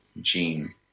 gene